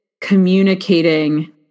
communicating